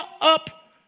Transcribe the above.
up